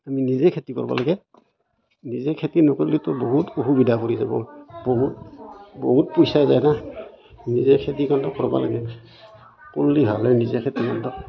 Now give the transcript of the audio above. আমি নিজে খেতি কৰিব লাগে নিজে খেতি নকৰিলেতো বহুত অসুবিধা হৈ যাব বহুত বহুত পইচা যায় না নিজে খেতি কৰিব লাগে কৰিলে ভাল হয় নিজে খেতি কৰিব